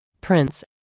prince